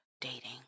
dating